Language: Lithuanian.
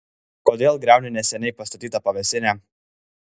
kodėl griauni neseniai pastatytą pavėsinę